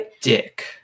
Dick